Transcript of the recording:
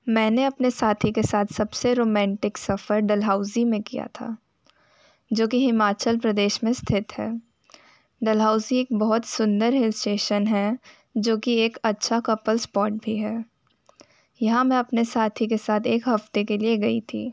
मैंने अपने साथी के साथ सब से रोमेंटिक सफ़र डल्हौज़ी में किया था जो कि हिमाचल प्रदेश में स्थित है डल्हौज़ी एक बहुत सुन्दर हिल इस्टेशन है जो कि एक अच्छा कपल इस्पॉट भी है यहाँ मैं अपने साथी के साथ एक हफ़्ते के लिए गई थी